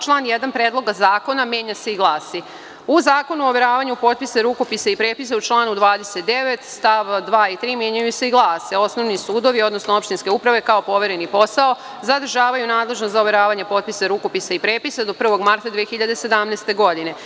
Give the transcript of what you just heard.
Član 1. Predloga zakona menja se i glasi - U Zakonu o overavanju potpisa, rukopisa i prepisa u članu 29. st. 2. i 3. menjaju se i glase: „Osnovni sudovi, odnosno opštinske uprave kao povereni posao zadržavaju nadležnost za overavanje potpisa, rukopisa i prepisa do 1. marta 2017. godine.